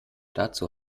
dazu